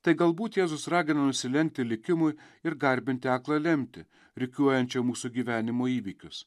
tai galbūt jėzus ragina nusilenkti likimui ir garbinti aklą lemtį rikiuojančią mūsų gyvenimo įvykius